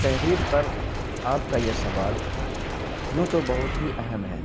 تحریر پر آپ کا یہ سوال یوں تو بہت ہی اہم ہے